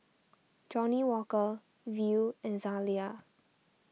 Johnnie Walker Viu and Zalia